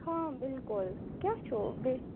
ہاں بِلکُل کیٛاہ چھُ بِل